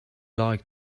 like